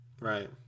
Right